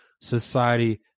society